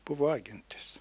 buvo agentės